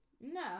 no